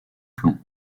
plomb